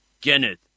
Kenneth